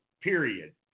period